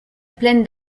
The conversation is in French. plaine